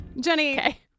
Jenny